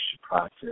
process